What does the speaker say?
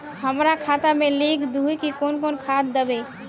हमरा खाता में लिख दहु की कौन कौन खाद दबे?